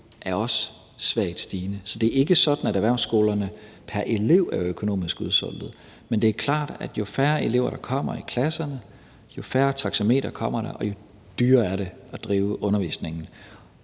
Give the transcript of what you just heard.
er også svagt stigende. Så det er ikke sådan, at erhvervsskolerne pr. elev er økonomisk udsultet, men det er klart, at jo færre elever der kommer i klasserne, jo færre taxameterpenge kommer der, og jo dyrere er det at drive undervisningen.